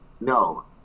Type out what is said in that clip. no